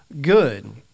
good